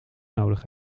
nodig